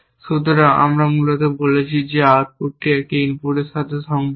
সুতরাং আমরা মূলত বলছি যে এই আউটপুটটি এই ইনপুটগুলির সাথে সংযুক্ত